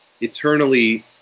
eternally